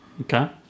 okay